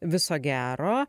viso gero